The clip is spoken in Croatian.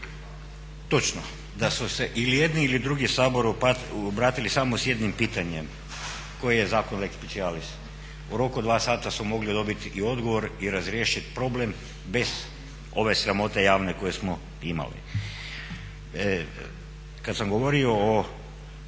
točno da su se ili jedni ili drugi Saboru obratili samo s jednim pitanjem, koji je zakon lex specialis. U roku od dva sata su mogli dobiti i odgovor i razriješiti problem bez ove sramote javne koju smo imali. Kada sam govorio o